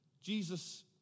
Jesus